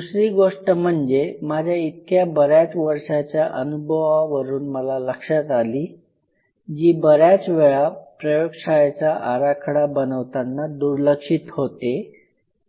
दुसरी गोष्ट म्हणजे माझ्या इतक्या बऱ्याच वर्षांच्या अनुभवावरून मला लक्षात आली जी बऱ्याच वेळा प्रयोगशाळेचा आराखडा बनवताना दुर्लक्षित होते